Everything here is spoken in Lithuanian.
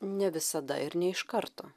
ne visada ir ne iš karto